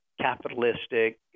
capitalistic